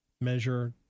Measure